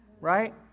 right